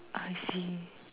I see